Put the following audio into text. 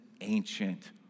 ancient